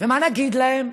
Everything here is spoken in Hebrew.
ומה נגיד להם?